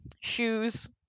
Shoes